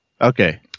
okay